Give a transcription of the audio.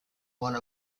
one